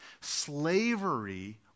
Slavery